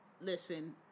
listen